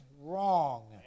wrong